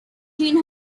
jean